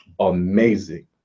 amazing